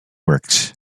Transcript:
works